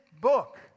book